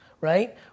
right